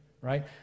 right